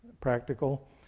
practical